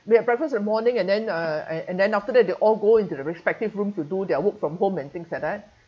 they have breakfast in the morning and then uh uh and then after that they all go into the respective rooms to do their work from home and things like that